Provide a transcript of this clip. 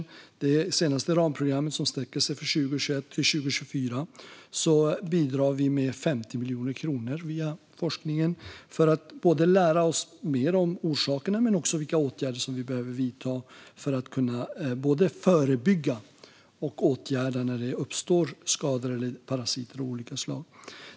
I det senaste ramprogrammet, som sträcker sig från 2021 till 2024, bidrar vi med 50 miljoner kronor via forskningen för att lära oss mer om orsakerna men också om vilka åtgärder som vi behöver vidta för att både kunna förebygga och åtgärda när skador eller parasitangrepp av olika slag uppstår.